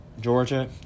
Georgia